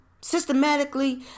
Systematically